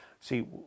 See